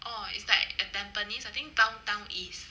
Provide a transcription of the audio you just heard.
oh it's like at tampines I think downtown east